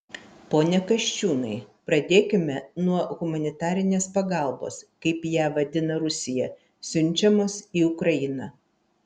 pone kasčiūnai pradėkime nuo humanitarinės pagalbos kaip ją vadina rusija siunčiamos į ukrainą